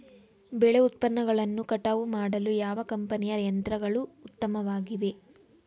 ಬೆಳೆ ಉತ್ಪನ್ನಗಳನ್ನು ಕಟಾವು ಮಾಡಲು ಯಾವ ಕಂಪನಿಯ ಯಂತ್ರಗಳು ಉತ್ತಮವಾಗಿವೆ?